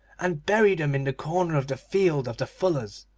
and bury them in the corner of the field of the fullers,